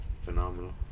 phenomenal